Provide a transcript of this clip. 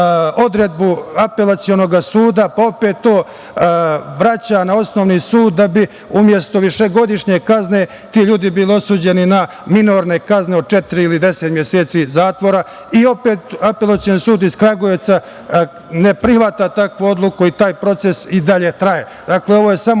apelacionog suda, pa opet to vraća na osnovni sud da bi umesto višegodišnje kazne ti ljudi bili osuđeni na minorne kazne od četiri ili deset meseci zatvora i opet Apelacioni sud iz Kragujevca ne prihvata takvu odluku i taj proces i dalje traje. Dakle, ovo je samo